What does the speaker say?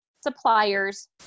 suppliers